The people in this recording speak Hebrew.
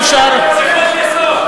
כל שאר, זה חוק-יסוד,